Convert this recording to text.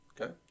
Okay